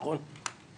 נכון?